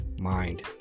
mind